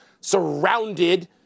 surrounded